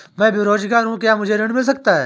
मैं बेरोजगार हूँ क्या मुझे ऋण मिल सकता है?